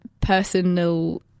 personal